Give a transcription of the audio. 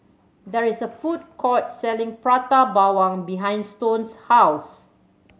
there is a food court selling Prata Bawang behind Stone's house